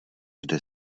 kde